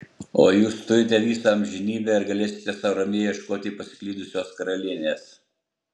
o jūs turite visą amžinybę ir galėsite sau ramiai ieškoti pasiklydusios karalienės